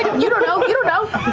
you don't know! you know